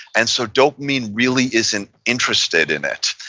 and so dopamine really isn't interested in it.